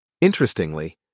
Interestingly